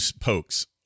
pokes